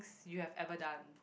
you have ever done